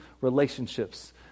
relationships